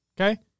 Okay